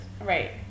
right